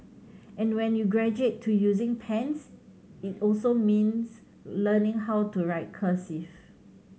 and when you graduate to using pens it also means learning how to write cursive